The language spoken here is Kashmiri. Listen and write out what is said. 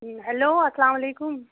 ہیلو اسلامُ علیکُم